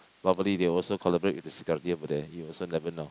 robbery they also collaborate with the over there you also never know